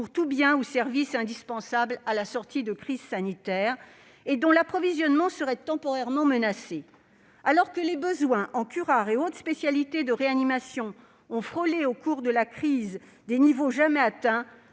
pour tout bien ou service indispensable à la sortie de crise sanitaire et dont l'approvisionnement serait temporairement menacé. Alors que les besoins en curare et autres spécialités de réanimation ont frôlé, au cours de la crise, des niveaux jamais atteints,